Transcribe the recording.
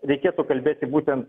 reikėtų kalbėti būtent